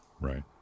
Right